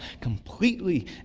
completely